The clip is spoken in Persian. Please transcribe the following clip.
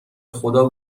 خدا